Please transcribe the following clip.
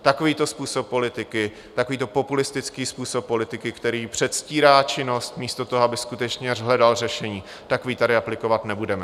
Takovýto působ politiky, takovýto populistický způsob politiky, který předstírá činnost místo toho, aby skutečně hledal řešení, takový tady aplikovat nebudeme.